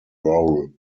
roll